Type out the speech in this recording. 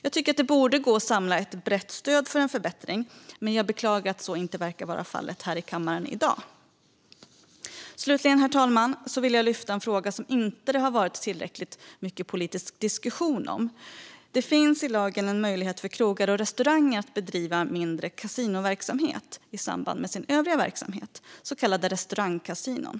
Jag tycker att det borde gå att samla ett brett stöd för en förbättring, och jag beklagar att så inte verkar vara fallet här i kammaren i dag. Slutligen, herr talman, vill jag lyfta upp en fråga som det inte varit tillräckligt mycket politisk diskussion om. Det finns i lagen en möjlighet för krogar och restauranger att bedriva en mindre kasinoverksamhet i samband med sin övriga verksamhet, så kallade restaurangkasinon.